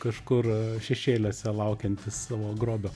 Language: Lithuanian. kažkur šešėliuose laukiantis savo grobio